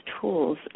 tools